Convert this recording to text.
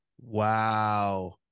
Wow